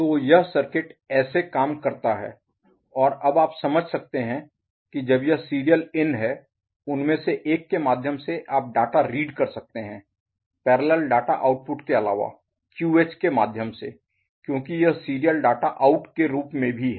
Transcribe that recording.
तो यह सर्किट ऐसे काम करता है और अब आप समझ सकते हैं कि जब यह सीरियल इन है उनमें से एक के माध्यम से आप डाटा रीड कर सकते हैं पैरेलल डाटा आउटपुट के अलावा QH के माध्यम से क्योंकि यह सीरियल डाटा आउट के रूप में भी है